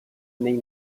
nei